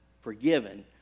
forgiven